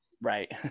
Right